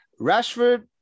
Rashford